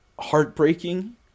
heartbreaking